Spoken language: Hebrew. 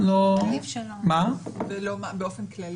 באופן כללי?